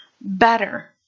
better